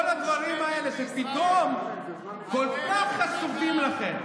את כל הדברים האלה שפתאום כל כך חשובים לכם.